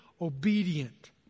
obedient